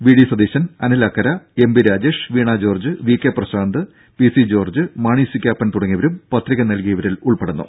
V D Satheesan Anil Akkara M B Rajesh Veena George V K Prasanth P C George Mani C Kappan തുടങ്ങിയവരും പത്രിക നൽകിയവരിൽ ഉൾപ്പെടുന്നു